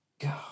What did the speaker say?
God